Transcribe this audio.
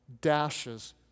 Dashes